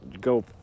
Go